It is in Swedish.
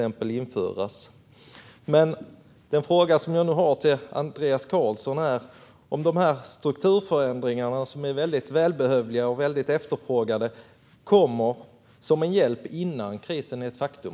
Min fråga till Andreas Carlson är: Kommer dessa efterfrågade och välbehövliga strukturförändringar som en hjälp innan krisen är ett faktum?